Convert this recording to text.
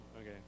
Okay